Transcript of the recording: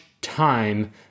time